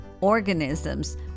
organisms